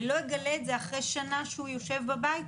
ולא אגלה אחרי שנה שהוא יושב בבית,